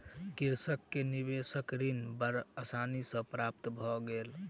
कृषक के निवेशक ऋण बड़ आसानी सॅ प्राप्त भ गेल